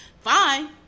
fine